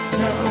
no